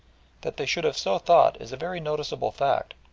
that they should have so thought is a very noticeable fact,